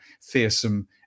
fearsome